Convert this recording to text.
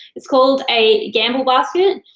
it's called a gamble basket,